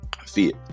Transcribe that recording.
Fit